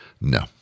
No